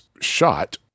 shot